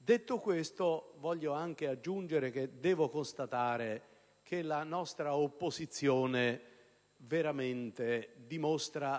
Detto questo, voglio anche aggiungere che devo constatare che la nostra opposizione dimostra veramente